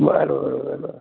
बरं बरं बरं